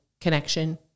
connection